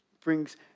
brings